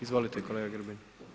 Izvolite kolega Grbin.